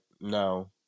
no